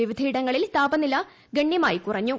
വിവിധയിടങ്ങളിൽ താപനില ഗണ്യമായി കുറഞ്ഞു